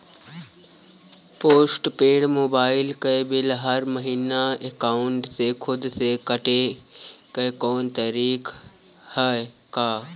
Post paid mobile क bill हर महिना एकाउंट से खुद से कटे क कौनो तरीका ह का?